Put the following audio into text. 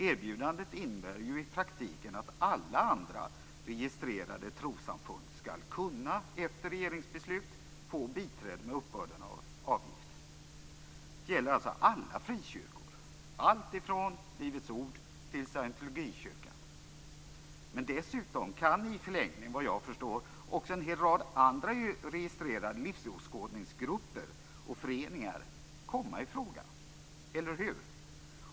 Erbjudandet innebär ju i praktiken att alla andra registrerade trossamfund efter regeringsbeslut skall kunna få biträde med uppbörden av avgift. Det gäller alltså alla frikyrkor, alltifrån Livets Ord till Scientologkyrkan. Dessutom kan i förlängningen, vad jag förstår, en hel rad andra registrerade livsåskådningsgrupper och föreningar komma i fråga. Eller hur?